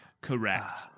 correct